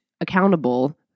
accountable